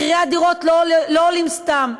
מחירי הדירות לא עולים סתם,